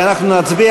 ואנחנו נצביע,